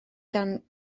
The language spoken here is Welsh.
gan